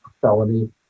felony